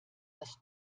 das